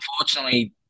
unfortunately